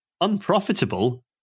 unprofitable